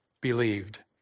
believed